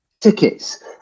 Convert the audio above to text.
tickets